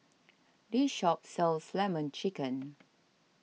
this shop sells Lemon Chicken